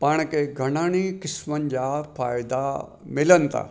पाण खे घणनि ई क़िस्मनि जा फ़ाइदा मिलनि था